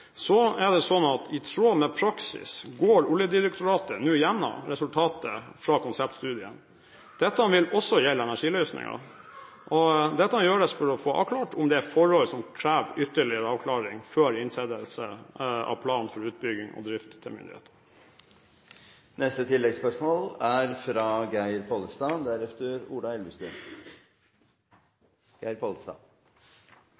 Så er det slik at i tråd med praksis går Oljedirektoratet nå igjennom resultatet fra konseptstudien. Dette vil også gjelde energiløsningen. Dette gjøres for å få avklart om det er forhold som krever ytterligere avklaring før igangsettelse av plan for utbygging og drift til myndighetene.